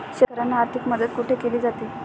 शेतकऱ्यांना आर्थिक मदत कुठे केली जाते?